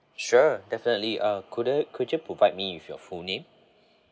sure definitely uh couldn't could you provide me with your full name